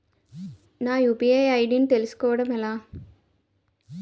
నా UPI ID ని తెలుసుకోవడం ఎలా?